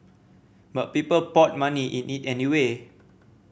but people poured money in it anyway